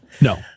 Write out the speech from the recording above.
No